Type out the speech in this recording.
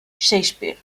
shakespeare